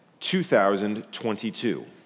2022